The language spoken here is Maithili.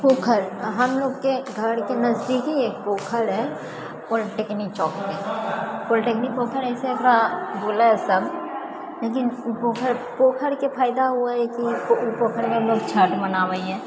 पोखरि हमलोगके घरके नजदीक ही एक पोखर है पोल्टेकनीक चौकमे पोल्टेकनीक पोखरि ऐसे ओकरा बोलय हइ सब लेकिन पोखरिके फायदा हुए हइ कि वसूलके ओ पोखरमे लोग छठ मनाबै हय